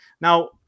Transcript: Now